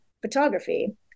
photography